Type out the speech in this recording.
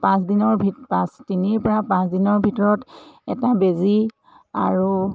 পাঁচদিনৰ ভিত পাঁচ তিনিৰ পৰা পাঁচদিনৰ ভিতৰত এটা বেজী আৰু